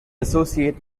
associate